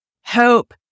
hope